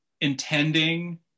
intending